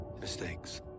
Mistakes